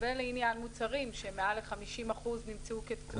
ולעניין מוצרים שמעל ל-50% נמצאו כתקולים.